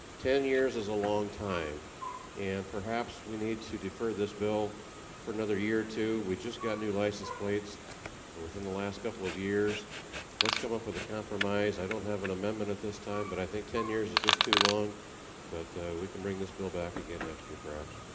ten years is a long time and perhaps. we need to defer this bill for another year or two we just got new license plates within the last couple of years let's come up with a compromise. i don't have an amendment at this time, but i think ten years is just too long but but we can bring this bill back again next year perhaps